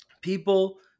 people